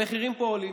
המחירים פה עולים.